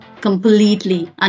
completely